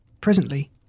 Presently